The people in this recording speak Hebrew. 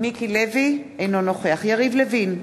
אינו נוכח יריב לוין,